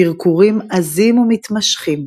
קרקורים עזים ומתמשכים,